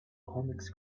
comics